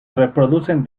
reproducen